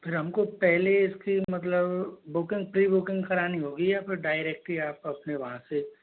फिर हम को पहले इस की मतलब बुकिंग प्री बुकिंग करानी होगी या फिर डायरेक्ट ही आप अपने वहाँ से